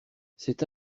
cette